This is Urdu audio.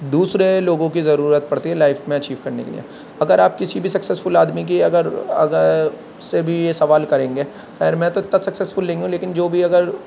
دوسرے لوگوں کی ضرورت پڑتی ہے لائف میں اچیو کرنے کے لیے اگر آپ کسی بھی سکسیزفل آدمی کی اگر اگر اس سے بھی یہ سوال کریں گے خیر میں تو اتنا سکسزفل نہیں ہوں لیکن جو بھی اگر